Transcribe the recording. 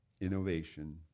innovation